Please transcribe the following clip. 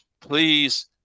please